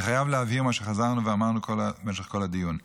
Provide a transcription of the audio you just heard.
אני חייב להבהיר מה שחזרנו ואמרנו משך כל הדיון.